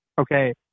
Okay